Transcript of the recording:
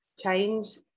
change